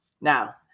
Now